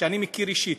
אני מכיר אישית,